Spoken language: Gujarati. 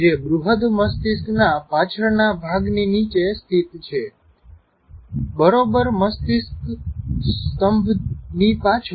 જે બૃહદ મસ્તિષ્ક ના પાછળ ના ભાગની નીચે સ્થિત છે બરોબર મસ્તિષ્ક સ્તંભની પાછળ